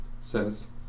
says